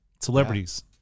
celebrities